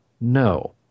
No